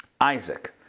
Isaac